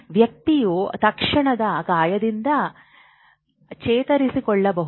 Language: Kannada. ವ್ಯಕ್ತಿಯು ತಕ್ಷಣದ ಗಾಯದಿಂದ ಚೇತರಿಸಿಕೊಳ್ಳಬಹುದು